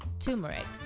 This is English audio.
turmeric,